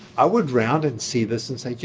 i would round and see this and say, you